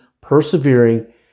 persevering